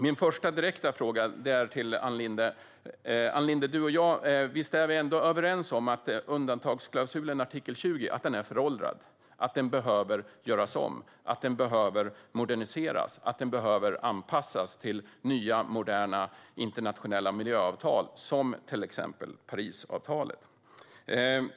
Min första direkta fråga till Ann Linde är därför: Visst är vi ändå överens om att undantagsklausulen, artikel 20, är föråldrad och behöver göras om, moderniseras och anpassas till nya, moderna internationella miljöavtal, till exempel Parisavtalet?